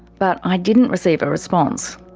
but i didn't receive a response.